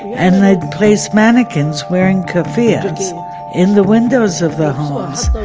and they'd place mannequins wearing keffiyehs in the windows of the homes,